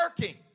working